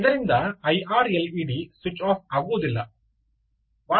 ಇದರಿಂದ ಈ IR L E D switch off ಆಗುವುದಿಲ್ಲ